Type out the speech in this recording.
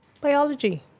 biology